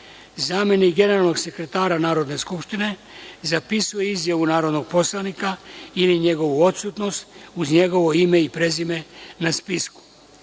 zamenik generalnog sekretara Narodne skupštine zapisuje izjavu narodnog poslanika ili njegovu odsutnost uz njegovo ime i prezime na spisku. Pre